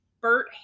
Bert